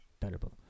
terrible